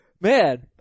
Man